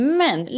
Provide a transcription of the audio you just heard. men